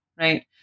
right